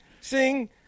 sing